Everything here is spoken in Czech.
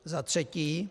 Za třetí.